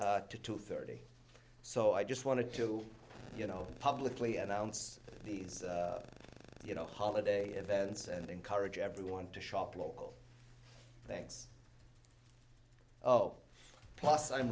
to two thirty so i just wanted to you know publicly announce these you know holiday events and encourage everyone to shop local thanks oh plus i'm